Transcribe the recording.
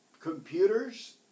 computers